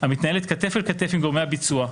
המתנהלת כתף אל כתף עם גורמי הביצוע,